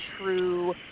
true